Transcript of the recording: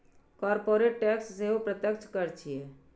corporate tax सेहो प्रत्यक्ष कर छियै